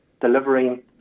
delivering